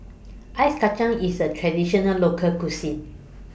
Ice Kacang IS A Traditional Local Cuisine